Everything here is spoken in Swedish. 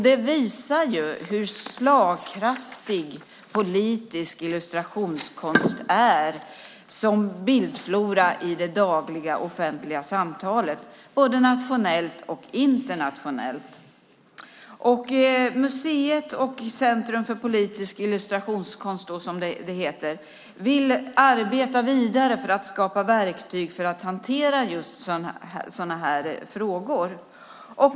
Det visar hur slagkraftig politisk illustrationskonst är som bildflora i det dagliga offentliga samtalet både nationellt och internationellt. EWK-museet Centrum för politisk illustrationskonst, som det heter, vill arbeta vidare för att skapa verktyg för att hantera just sådana här frågor.